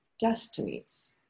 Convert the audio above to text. destinies